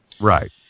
Right